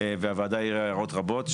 והוועדה העירה הערות רבות,